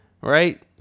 right